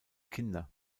kinder